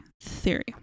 Theory